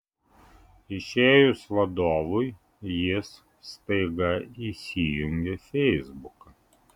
išėjus vadovui jis staiga įsijungia feisbuką